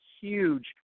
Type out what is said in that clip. huge